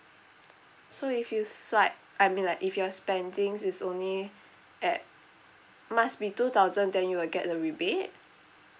so if you swipe I mean like if your spendings is only at must be two thousand then you will get the rebate